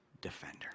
defender